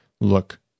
look